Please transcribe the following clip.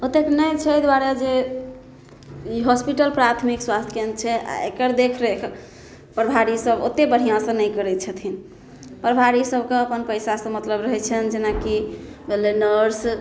ओतेक नहि छै एहि दुआरे जे ई हॉस्पिटल प्राथमिक स्वास्थय केन्द्र छै आ एकर देख रेख प्रभारी सब ओत्ते बढ़िऑं सऽ नहि करै छथिन प्रभारी सबके अपन पैसा से मतलब रहै छनि जेनाकि भेलै नर्स